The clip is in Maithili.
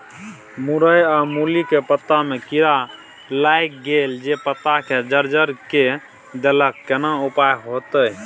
मूरई आ मूली के पत्ता में कीरा लाईग गेल जे पत्ता के जर्जर के देलक केना उपाय होतय?